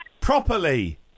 properly